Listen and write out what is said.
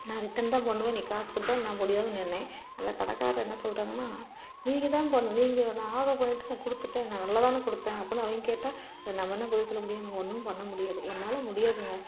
நான் ரிட்டன் தான் பண்ணுவேன் நீ காசு கொடுத்தாவணும் நான் பிடிவாதமா நின்றேன் அந்த கடைக்காரரு என்ன சொல்கிறாங்கன்னா நீங்கள்தான் பண்ணணும் நீங்கள் நான் ஆர்டர் பண்ணிவிட்டு நான் கொடுத்துட்டேன் நான் நல்லாதானே கொடுத்தேன் அப்புடின்னு அவங்க கேட்டால் நம்ம என்ன பதில் சொல்ல முடியும் நம்ம ஒன்றும் பண்ண முடியாது என்னால் முடியாதுங்க